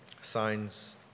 signs